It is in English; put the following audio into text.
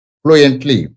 fluently